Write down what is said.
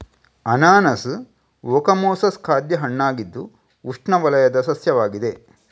ಅನಾನಸ್ ಓಕಮೊಸಸ್ ಖಾದ್ಯ ಹಣ್ಣಾಗಿದ್ದು ಉಷ್ಣವಲಯದ ಸಸ್ಯವಾಗಿದೆ